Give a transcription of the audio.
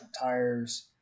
tires